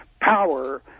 power